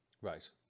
Right